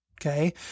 Okay